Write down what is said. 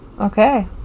Okay